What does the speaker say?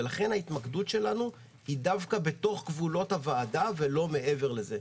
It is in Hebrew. ולכן ההתמקדות שלנו היא דווקא בתוך גבולות הוועדה ולא מעבר לזה.